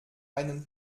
einen